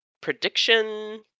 prediction